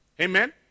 Amen